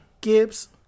Gibbs